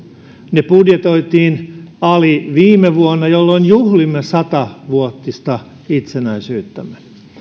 ne budjetoitiin ali viime vuonna jolloin juhlimme sata vuotista itsenäisyyttämme